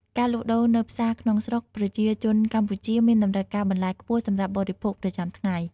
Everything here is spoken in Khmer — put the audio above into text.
ការលក់ដូរនៅផ្សារក្នុងស្រុកប្រជាជនកម្ពុជាមានតម្រូវការបន្លែខ្ពស់សម្រាប់បរិភោគប្រចាំថ្ងៃ។